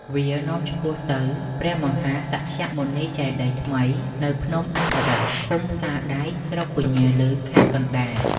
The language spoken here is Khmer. វានាំឆ្ពោះទៅព្រះមហាសក្យមុនី ចេតិយថ្មី នៅភ្នំអដ្ឋរស្ស ឃុំផ្សារដែក ស្រុកពញាឮ ខេត្តកណ្តាល។